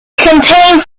contains